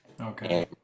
Okay